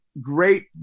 great